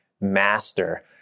master